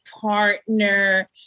partner